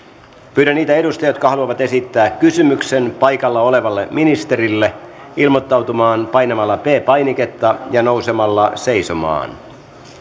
pyydän niitä edustajia jotka haluavat esittää kysymyksen paikalla olevalle ministerille ilmoittautumaan painamalla p painiketta ja nousemalla seisomaan